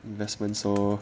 investment so